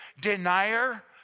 Denier